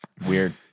Weird